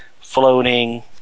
floating